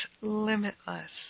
limitless